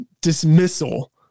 dismissal